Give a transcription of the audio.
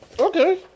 Okay